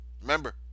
remember